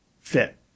fit